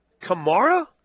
Kamara